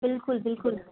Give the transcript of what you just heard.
बिल्कुलु बिल्कुलु